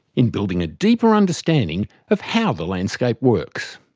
in building a deeper understanding of how the landscape works.